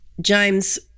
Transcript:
James